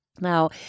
Now